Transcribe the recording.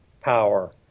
power